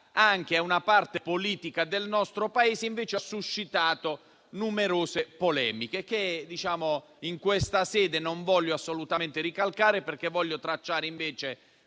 anche a una parte politica del nostro Paese, che invece ha suscitato numerose polemiche che in questa sede non voglio assolutamente ricalcare. Desidero invece